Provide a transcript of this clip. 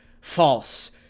false